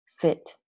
fit